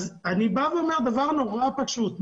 אני בא ואומר דבר מאוד פשוט.